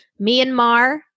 Myanmar